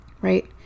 right